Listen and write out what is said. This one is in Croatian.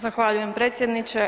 Zahvaljujem predsjedniče.